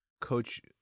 Coach